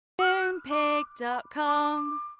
Moonpig.com